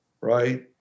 right